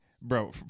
bro